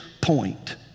point